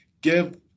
give